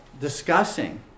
discussing